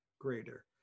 greater